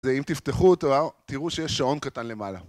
ואם תפתחו אותו, תראו שיש שעון קטן למעלה.